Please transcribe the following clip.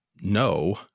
no